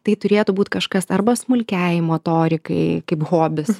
tai turėtų būt kažkas arba smulkiai motorikai kaip hobis